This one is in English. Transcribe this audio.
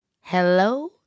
Hello